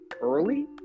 early